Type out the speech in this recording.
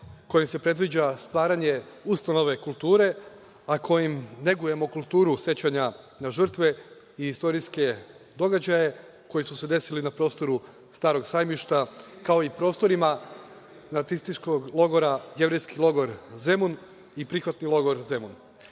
koje se predviđa stvaranje ustanove kulture, a kojom negujemo kulturu sećanja na žrtve i istorijske događaje koji su se desili na prostoru „Starog sajmišta“, kao i prostorima nacističkog logora „Jevrejski logor Zemun“ i „Prihvatni logor Zemun“.Iz